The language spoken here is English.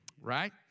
Right